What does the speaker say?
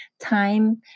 time